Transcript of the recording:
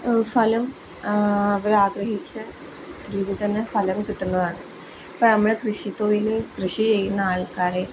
ഫലം അവരാഗ്രഹിച്ച രീതിയിൽ തന്നെ ഫലം കിട്ടുന്നതാണ് ഇപ്പം നമ്മൾ കൃഷി തൊഴിൽ കൃഷി ചെയ്യുന്ന ആൾക്കാരെ